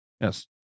Yes